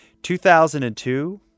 2002